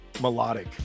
melodic